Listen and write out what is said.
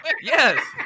Yes